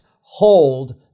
hold